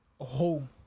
home